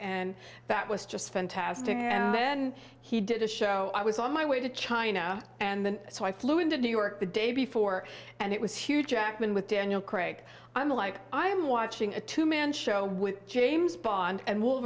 and that was just fantastic and then he did a show i was on my way to china and so i flew into new york the day before and it was hugh jackman with daniel craig i'm like i'm watching a two man show with james bond and w